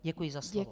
Děkuji za slovo.